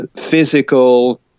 physical